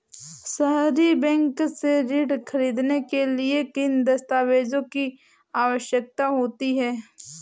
सहरी बैंक से ऋण ख़रीदने के लिए किन दस्तावेजों की आवश्यकता होती है?